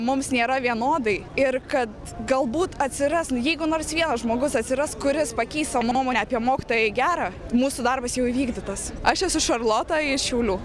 kad mums nėra vienodai ir kad galbūt atsiras jeigu nors vienas žmogus atsiras kuris pakeis savo nuomonę apie mokytoją į gera mūsų darbas jau įvykdytas aš esu šarlota iš šiaulių